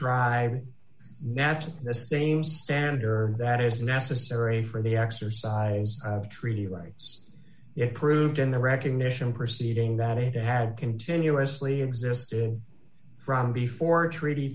the same standard that is necessary for the exercise of treaty rights it proved in the recognition proceeding that it had continuously existed from before treaty